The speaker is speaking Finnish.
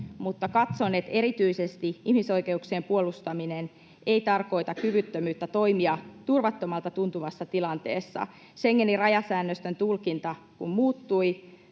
mutta katson, että erityisesti ihmisoikeuksien puolustaminen ei tarkoita kyvyttömyyttä toimia turvattomalta tuntuvassa tilanteessa. Schengenin rajasäännöstön tulkinta muuttui,